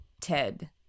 Ted